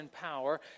power